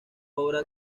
obra